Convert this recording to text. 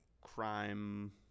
crime